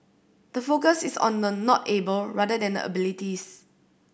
the focus is on the not able rather than the abilities